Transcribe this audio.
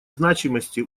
значимости